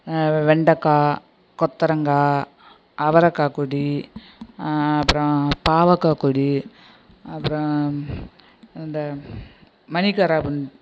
வெண்டக்காய் கொத்தரங்காய் அவரைக்காக்கொடி அப்புறோம் பாவக்காய் கொடி அப்புறோம் இந்த மணிக்காராமுந்